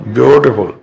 Beautiful